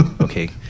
Okay